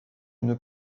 une